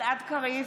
גלעד קריב,